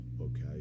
okay